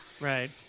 Right